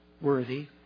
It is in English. worthy